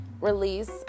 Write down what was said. release